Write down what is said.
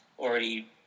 already